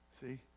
See